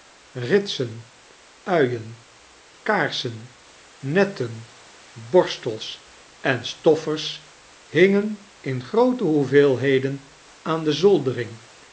ritsen uien kaarsen netten borstels en stoffers hingen in groete hoeveelheden aan de zwldering